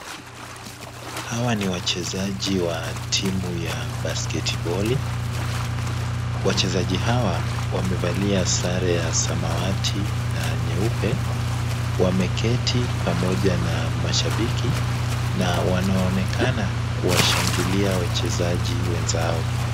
Hawa ni wachezaji wa timu ya basketiboli , wachezaji hawa wamevalia sare ya samawati na nyeupe ,wameketi pamoja na mashabiki na wanaonekana kuwashangilia wachezaji wenzao.